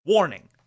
Warning